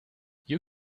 you